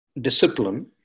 discipline